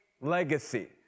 legacy